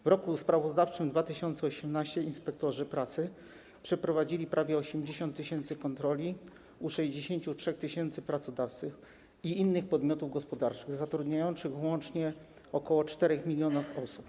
W roku sprawozdawczym 2018 inspektorzy pracy przeprowadzili prawie 80 tys. kontroli w przypadku 63 tys. pracodawców i innych podmiotów gospodarczych zatrudniających łącznie ok. 4 mln osób.